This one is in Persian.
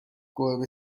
گربه